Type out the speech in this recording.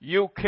UK